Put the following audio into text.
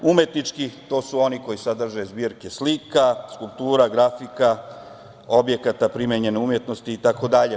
Umetnički to su oni koji sadrže zbirke slika, skulptura, grafika, objekata primenjene umetnosti, itd.